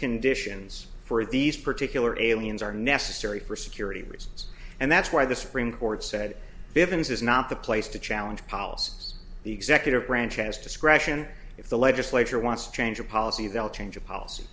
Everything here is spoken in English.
conditions for these particular aliens are necessary for security reasons and that's why the supreme court said bivins is not the place to challenge policy it's the executive branch has discretion if the legislature wants to change of policy they'll change of policy